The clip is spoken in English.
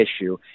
issue